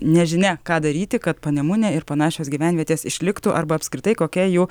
nežinia ką daryti kad panemunė ir panašios gyvenvietės išliktų arba apskritai kokia jų